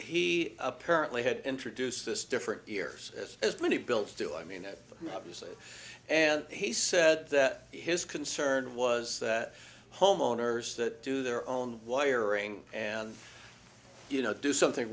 he apparently had introduced this different years as as many bills do i mean obviously and he said that his concern was that homeowners that do their own lawyer rain and you know do something